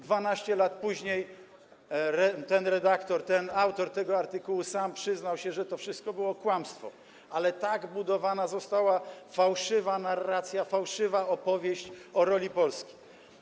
12 lat później ten redaktor, autor tego artykułu sam przyznał, że to wszystko było kłamstwem, ale tak zbudowana została fałszywa narracja, fałszywa opowieść o roli Polski.